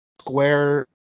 square